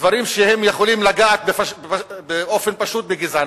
דברים שיכולים לגעת באופן פשוט בגזענות.